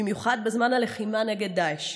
במיוחד בזמן הלחימה נגד דאעש.